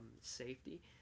safety